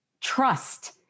trust